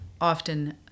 often